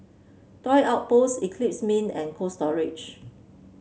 Toy Outpost Eclipse Mint and Cold Storage